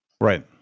right